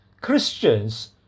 Christians